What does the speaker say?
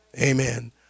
amen